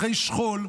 אחרי שכול,